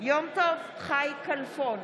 יום טוב חי כלפון,